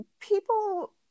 people